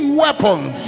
weapons